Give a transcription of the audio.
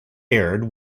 aired